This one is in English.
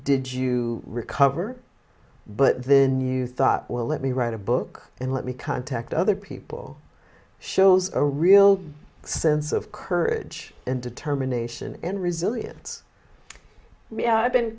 did you recover but then you thought well let me write a book and let me contact other people shows a real sense of courage and determination and resilience yeah i've been